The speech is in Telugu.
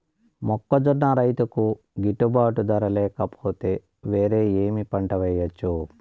మొక్కజొన్న రైతుకు గిట్టుబాటు ధర లేక పోతే, వేరే ఏమి పంట వెయ్యొచ్చు?